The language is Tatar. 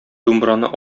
думбраны